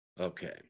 Okay